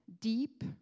deep